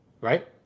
right